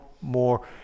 more